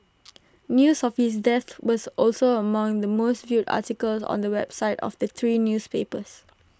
news of his death was also among the most viewed articles on the websites of the three newspapers